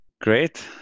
Great